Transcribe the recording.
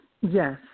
Yes